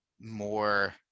more